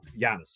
Giannis